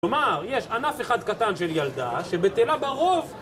כלומר, יש ענף אחד קטן של ילדה, שבטלה ברוב...